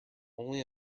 only